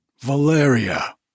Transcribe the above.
Valeria